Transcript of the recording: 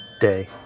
Day